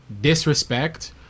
disrespect